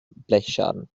blechschaden